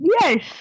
Yes